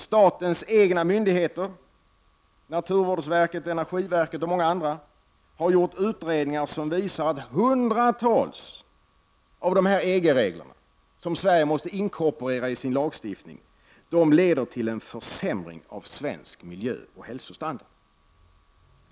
Statens egna myndigheter — naturvårdsverket, energiverket och många andra — har gjort utredningar som visar att hundratals av dessa EG-regler som Sverige måste inkorporera i sin lagstiftning leder till en försämring av svensk miljöoch hälsostandard.